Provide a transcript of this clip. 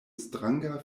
stranga